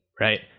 right